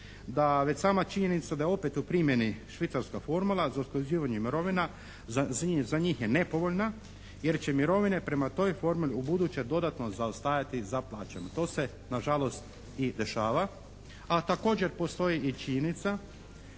da već sama činjenica da je opet u primjeni švicarska formula za usklađivanje mirovina za njih je nepovoljna jer će mirovine prema toj formuli ubuduće dodatno zaostajati za plaćama. To se nažalost i dešava, a također postoji i činjenica